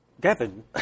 Gavin